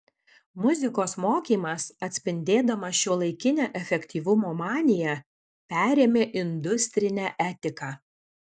muzikos mokymas atspindėdamas šiuolaikinę efektyvumo maniją perėmė industrinę etiką